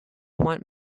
want